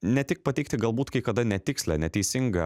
ne tik pateikti galbūt kai kada netikslią neteisingą